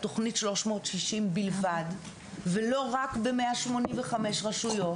תוכנית ׳360׳ בלבד ולא רק ב-185 רשויות.